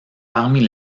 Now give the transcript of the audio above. parmi